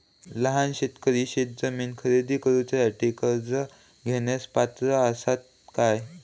लहान शेतकरी शेतजमीन खरेदी करुच्यासाठी कर्ज घेण्यास पात्र असात काय?